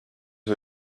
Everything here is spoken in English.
who